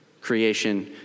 Creation